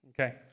okay